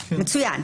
מצוין,